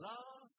Love